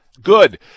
Good